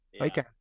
Okay